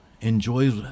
enjoys